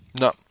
no